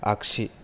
आगसि